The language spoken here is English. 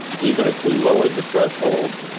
even if we lowered the threshold,